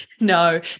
No